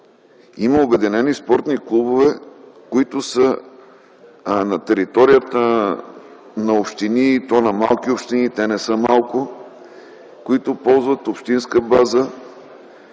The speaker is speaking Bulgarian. има Обединени спортни клубове, които са на територията на общини, и то на малки общини и те не са малко, които ползват общинска база